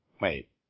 Wait